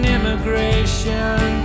Immigration